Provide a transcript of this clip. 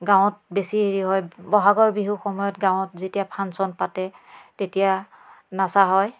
গাঁৱত বেছি হেৰি হয় বহাগৰ বিহু সময়ত গাঁৱত যেতিয়া ফাংশ্যন পাতে তেতিয়া নচা হয়